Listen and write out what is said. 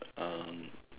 um